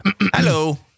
Hello